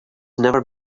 never